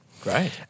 Great